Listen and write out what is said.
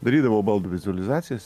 darydavau baldų vizualizacijas